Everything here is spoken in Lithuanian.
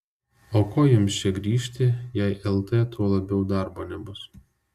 o ko jiems čia grįžti jei lt tuo labiau darbo nebus